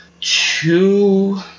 two